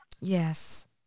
Yes